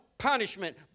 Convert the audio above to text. Punishment